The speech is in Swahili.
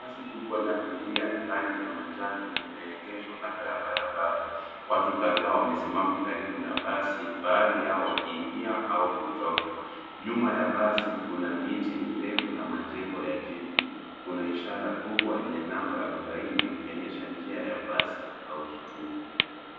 Basi kubwa la abiria la rangi ya manjano limeegeshwa kando ya barabara. Watu kadhaa wamesimama karibu na basi, baadhi yao wakiingia au kutoka. Nyuma ya basi kuna miti mirefu na majengo ya jiji, kuna ishara kubwa yenye namba arubaini ikionyesha njia ya basi au kituo.